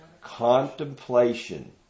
Contemplation